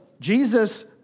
Jesus